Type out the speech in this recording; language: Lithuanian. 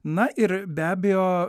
na ir be abejo